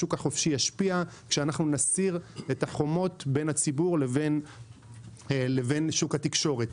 השוק החופשי ישפיע כשאנחנו נסיר את החומות בין הציבור לבין שוק התקשורת.